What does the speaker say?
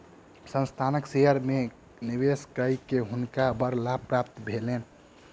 संस्थानक शेयर में निवेश कय के हुनका बड़ लाभ प्राप्त भेलैन